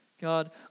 God